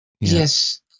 Yes